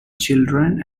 children